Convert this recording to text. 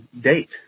date